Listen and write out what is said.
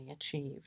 achieved